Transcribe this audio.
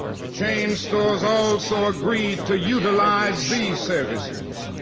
the chain stores also agreed to utilize these services.